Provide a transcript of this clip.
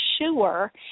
sure